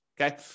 okay